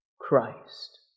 Christ